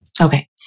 Okay